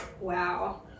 Wow